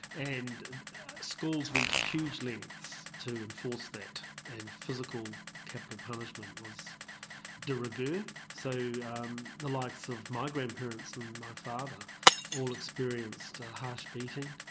and schools went to huge lengths to enforce that and physical capital punishment was de rigueur. so the likes of my grandparents and my father all experienced a harsh beating.